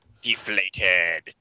deflated